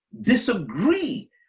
disagree